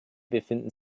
befinden